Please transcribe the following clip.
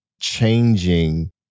changing